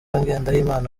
ngendahimana